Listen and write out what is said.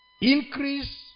increase